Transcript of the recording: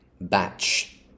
batch